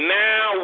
now